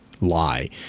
Lie